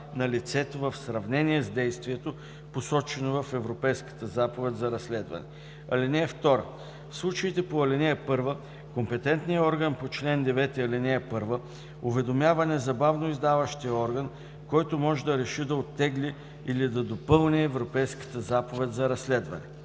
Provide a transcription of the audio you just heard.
на лицето в сравнение с действието, посочено в Европейската заповед за разследване. (2) В случаите по ал. 1 компетентният орган по чл. 9, ал. 1 уведомява незабавно издаващия орган, който може да реши да оттегли или да допълни Европейската заповед за разследване.